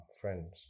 friends